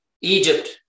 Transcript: Egypt